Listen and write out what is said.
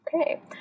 Okay